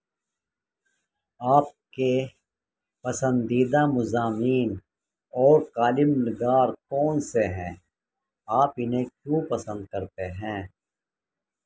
آپ کے پسندیدہ مضامین اور قلم نگار کون سے ہیں آپ انہیں کیوں پسند کرتے ہیں